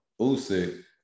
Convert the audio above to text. Usyk